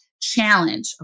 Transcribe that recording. challenge